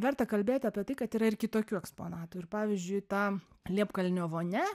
verta kalbėti apie tai kad yra ir kitokių eksponatų ir pavyzdžiui ta liepkalnio vonia